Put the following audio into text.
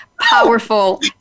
powerful